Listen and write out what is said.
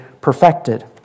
perfected